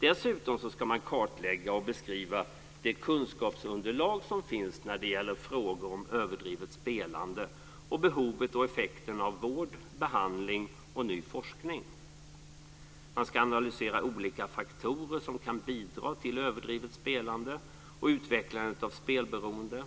Dessutom ska man kartlägga och beskriva det kunskapsunderlag som finns när det gäller frågor om överdrivet spelande och behovet och effekten av vård, behandling och ny forskning. Man ska analysera olika faktorer som kan bidra till överdrivet spelande och utvecklande av spelberoende